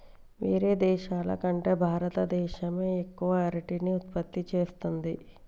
వేరే దేశాల కంటే భారత దేశమే ఎక్కువ అరటిని ఉత్పత్తి చేస్తంది